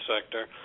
sector